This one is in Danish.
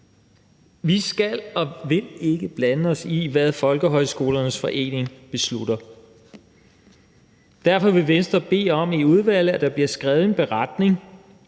Vi skal og vil ikke blande os i, hvad Folkehøjskolernes Forening beslutter. Derfor vil Venstre bede om i udvalget, at der bliver skrevet en beretning,